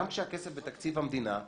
גם כשהכסף בתקציב המדינה,